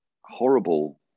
horrible